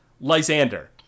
Lysander